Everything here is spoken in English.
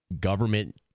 government